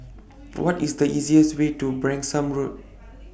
What IS The easiest Way to Branksome Road